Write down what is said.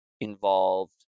involved